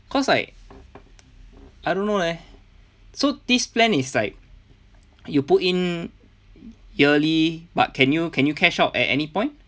cause like I don't know leh so this plan is like you put in yearly but can you can you cash out at any point